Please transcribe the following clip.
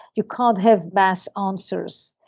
you can't have mass ah answers.